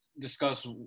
discuss